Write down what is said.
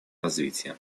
развития